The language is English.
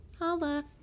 holla